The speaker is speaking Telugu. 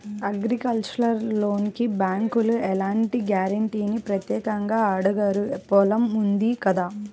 అగ్రికల్చరల్ లోనుకి బ్యేంకులు ఎలాంటి గ్యారంటీనీ ప్రత్యేకంగా అడగరు పొలం ఉంటుంది కదా